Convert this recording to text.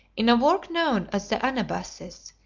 in a work known as the anabasis,